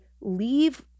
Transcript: leave